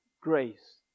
grace